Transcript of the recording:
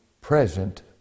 present